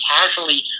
casually